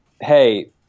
hey